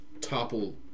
topple